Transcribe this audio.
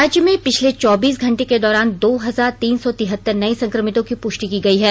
राज्य में पिछले चौबीस घंटे के दौरान दो हजार तीन सौ तिहत्तर नये संक्रमितों की पृष्टि की गई है